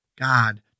God